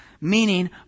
Meaning